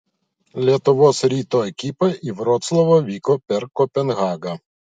lietuvos ryto ekipa į vroclavą vyko per kopenhagą